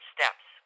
Steps